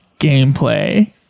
gameplay